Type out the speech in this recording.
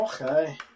Okay